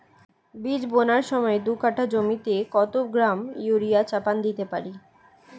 বীজ বোনার সময় দু কাঠা জমিতে কত গ্রাম ইউরিয়া চাপান দিতে পারি?